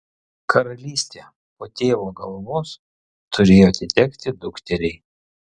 karalystė po tėvo galvos turėjo atitekti dukteriai